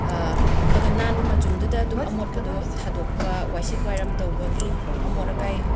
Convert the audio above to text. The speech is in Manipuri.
ꯈꯒ ꯅꯥꯟꯕ ꯃꯆꯨꯝꯗꯨꯗ ꯑꯗꯨꯝ ꯑꯃꯣꯠꯄꯗꯨ ꯊꯥꯗꯣꯛꯄ ꯋꯥꯏꯁꯤꯠ ꯋꯥꯏꯔꯝ ꯇꯧꯕꯒꯤ ꯑꯃꯣꯠ ꯑꯀꯥꯏ